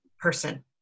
person